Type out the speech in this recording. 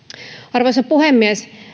arvoisa puhemies